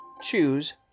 choose